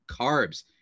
carbs